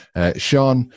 Sean